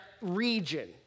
region